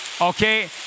okay